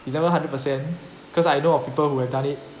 is even hundred percent because I know of people who have done it